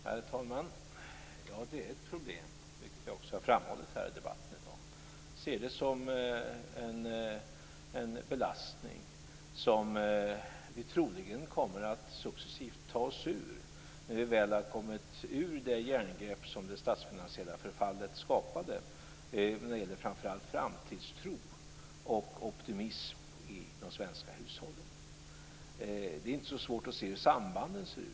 Herr talman! Ja, det är ett problem, vilket jag också har framhållit här i debatten i dag. Jag ser det som en belastning som vi troligen kommer att successivt ta oss ur när vi väl har kommit ur det järngrepp som det statsfinansiella förfallet skapade när det gäller framför allt framtidstro och optimism i de svenska hushållen. Det är inte så svårt att se hur sambanden ser ut där.